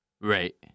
Right